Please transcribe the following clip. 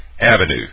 Avenue